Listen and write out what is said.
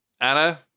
Anna